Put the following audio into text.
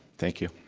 thank you.